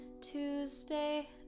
Tuesday